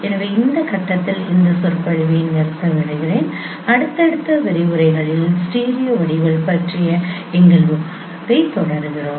எனவே இந்த கட்டத்தில் இந்த சொற்பொழிவை நிறுத்த விடுகிறேன் அடுத்தடுத்த விரிவுரைகளிலும் ஸ்டீரியோ வடிவியல் பற்றிய எங்கள் விவாதத்தைத் தொடருவோம்